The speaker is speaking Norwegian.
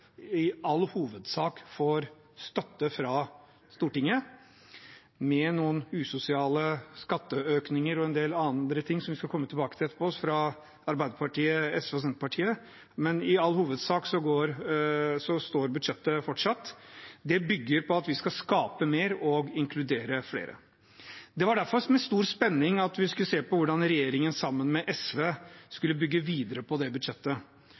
i all hovedsak får støtte fra Stortinget. Det har noen usosiale skatteøkninger og en del andre ting – som vi skal komme tilbake til etterpå – fra Arbeiderpartiet, SV og Senterpartiet, men i all hovedsak står budsjettet fortsatt. Det bygger på at vi skal skape mer og inkludere flere. Det var derfor med stor spenning vi skulle se på hvordan regjeringen sammen med SV skulle bygge videre på budsjettet, og når vi nå har budsjettforliket foran oss, ser vi at det